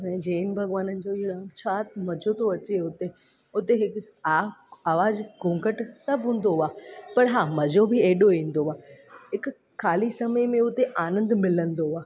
असांजे जैन भॻिवान जो इहो छा मज़ो थो अचे हुते हिक आ आवाज़ु घूंघट सभु हूंदो आहे पर हा मज़ो बि एॾो ईंदो आहे हिक खाली समय में हुते आंनदु मिलंदो आहे